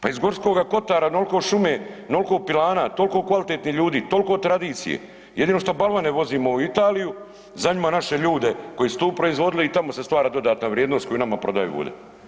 Pa iz Gorskoga kotara onoliko šume, onoliko pilana, toliko kvalitetnih ljudi, toliko tradicije, jedino što balvane vozimo u Italiju, za njima naše ljude koji su tu proizvodili i tamo se stvara dodatna vrijednost koju nama prodaju ode.